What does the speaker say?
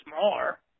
more